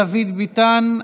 דוד ביטן,